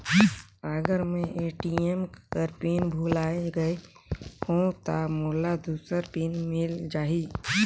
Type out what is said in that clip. अगर मैं ए.टी.एम कर पिन भुलाये गये हो ता मोला दूसर पिन मिल जाही?